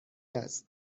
است